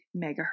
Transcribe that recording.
megahertz